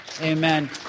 Amen